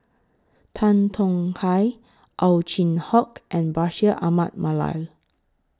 Tan Tong Hye Ow Chin Hock and Bashir Ahmad Mallal